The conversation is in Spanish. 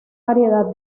variedad